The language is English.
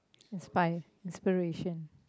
five inspiration